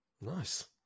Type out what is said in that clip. nice